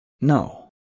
no